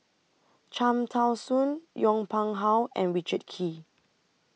Cham Tao Soon Yong Pung How and Richard Kee